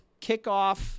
kickoff